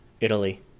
Italy